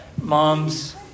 Moms